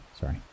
Sorry